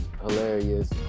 hilarious